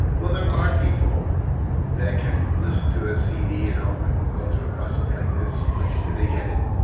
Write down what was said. well, there are people that can listen to a cd at home and go through a process like this which they get it.